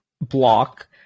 block